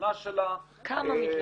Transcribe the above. התלונה שלה- - כמה מתלוננות.